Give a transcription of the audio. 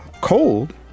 cold